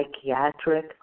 psychiatric